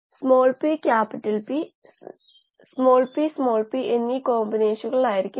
വിവിധ അളവുകൾ ഇവിടെ നൽകിയിരിക്കുന്നു